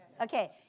Okay